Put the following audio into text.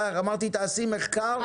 אמרתי תעשי מחקר,